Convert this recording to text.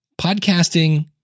Podcasting